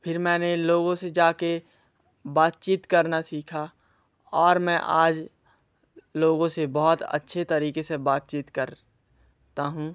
फिर मैंने लोगों से जा कर बातचीत करना सीखा और मैं आज लोगों से बहुत अच्छे तरीक़े से बातचीत करता हूँ